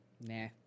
Nah